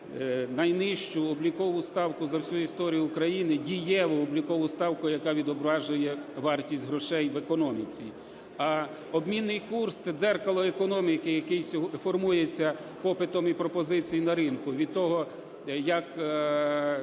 найнижчу облікову ставку за всю історію України, дієву облікову ставку, яка відображує вартість грошей в економіці. А обмінний курс - це дзеркало економіки, який формується по питомій пропозиції на ринку. Від того, як